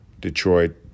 Detroit